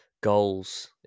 goals